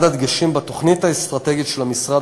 אחד הדגשים בתוכנית האסטרטגית של המשרד